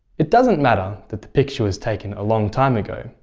it doesn't matter that the picture was taken a long time ago.